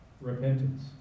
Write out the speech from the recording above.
Repentance